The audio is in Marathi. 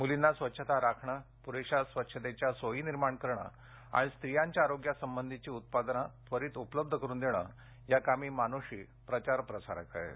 मुलींना स्वच्छता राखणं पुरेशा स्वच्छतेच्या सोयी निर्माण करणं आणि स्त्रियांच्य आरोग्यासंबंधी उत्पादनांची त्वरित उपलब्धता या कामी मानुषी प्रचार प्रसार करेल